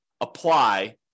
apply